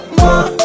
more